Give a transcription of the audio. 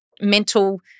mental